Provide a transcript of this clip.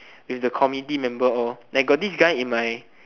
with the committee member all like got this guy in my